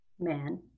Man